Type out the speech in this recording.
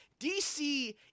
DC